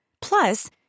Plus